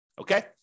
Okay